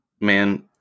Man